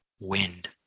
wind